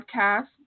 Podcast